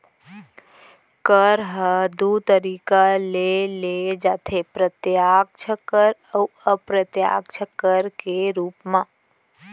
कर ह दू तरीका ले लेय जाथे प्रत्यक्छ कर अउ अप्रत्यक्छ कर के रूप म